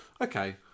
Okay